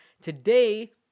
Today